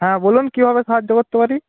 হ্যাঁ বলুন কীভাবে সাহায্য করতে পারি